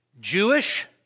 Jewish